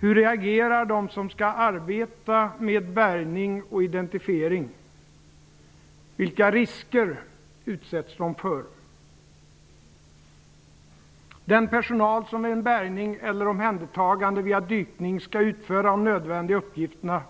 Hur reagerar de som skall arbeta med bärgning och identifiering? Vilka risker utsätts de för? Den personal som vid en bärgning eller omhändertagande via dykning skall utföra de nödvändiga uppgifterna